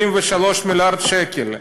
23 מיליארד שקל.